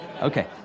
Okay